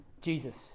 Jesus